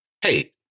Hey